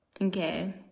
okay